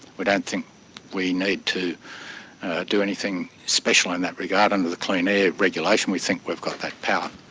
but and think we need to do anything special in that regard. under the clean air regulation, we think we've got that power.